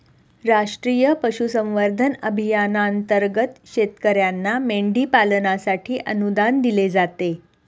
राष्ट्रीय पशुसंवर्धन अभियानांतर्गत शेतकर्यांना मेंढी पालनासाठी अनुदान दिले जाते